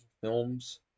films